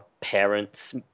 parent's